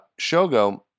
Shogo